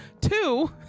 Two